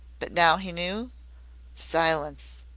but now he knew silence.